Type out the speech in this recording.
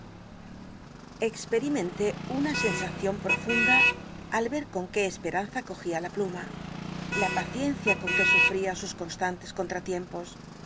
experimenté una sensacion profunda al ver con qué esperanza cogia la pluma la paciencia con que sufl ia sus constantes contratiempos